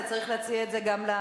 אתה צריך להציע את זה גם,